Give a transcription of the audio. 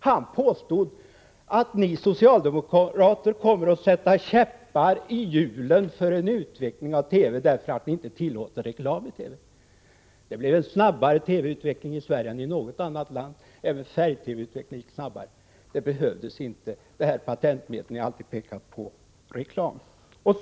Han påstod att socialdemokraterna skulle sätta käppar i hjulen för televisionens utveckling i och med att vi inte ville tillåta reklam i TV! Det blev en snabbare TV-utveckling i Sverige än i något annat land. Även färg-TV-utvecklingen gick snabbare. Det patentmedel ni alltid pekar på, reklamen, behövdes inte.